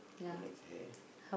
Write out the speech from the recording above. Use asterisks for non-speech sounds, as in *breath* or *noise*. okay *breath*